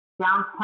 downtown